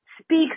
speaks